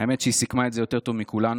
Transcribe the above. האמת שהיא סיכמה את זה יותר טוב מכולנו.